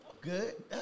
Good